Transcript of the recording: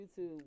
youtube